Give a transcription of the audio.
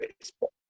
baseball